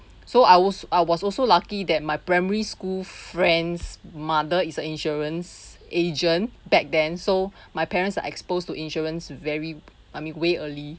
so I was I was also lucky that my primary school friends mother is an insurance agent back then so my parents are exposed to insurance very I mean way early